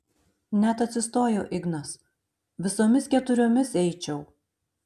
net atsistojo ignas visomis keturiomis eičiau